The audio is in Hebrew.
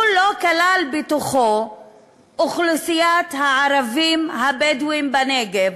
לא כלל בתוכו את אוכלוסיית הערבים הבדואים בנגב.